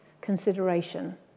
consideration